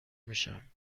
میشم